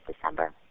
December